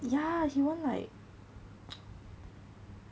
ya he won't like